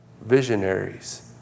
visionaries